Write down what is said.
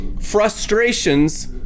frustrations